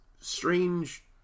Strange